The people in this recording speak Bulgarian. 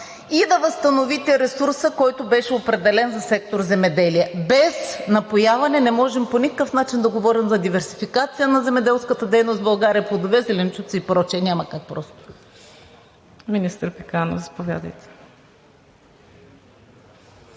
и да възстановите ресурса, който беше определен за сектор „Земеделие“? Без напояване не можем по никакъв начин да говорим за диверсификация на земеделската дейност в България – плодове, зеленчуци и прочее, няма как просто. ПРЕДСЕДАТЕЛ